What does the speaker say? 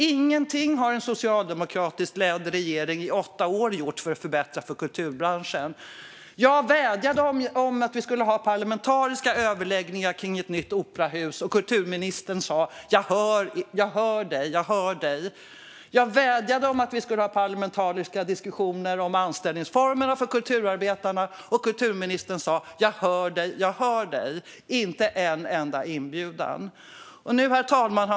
Ingenting gjordes på åtta år av den socialdemokratiskt ledda regeringen för att förbättra för kulturbranschen. Jag vädjade om att vi skulle ha parlamentariska överläggningar om ett nytt operahus. Kulturministern sa: Jag hör dig, jag hör dig. Jag vädjade om att vi skulle ha parlamentariska diskussioner om anställningsformerna för kulturarbetarna. Kulturministern sa: Jag hör dig, jag hör dig. Inte en enda inbjudan kom. Herr talman!